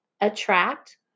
attract